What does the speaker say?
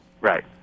Right